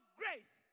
grace